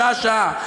שעה-שעה,